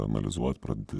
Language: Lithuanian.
analizuot pradedi